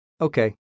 Okay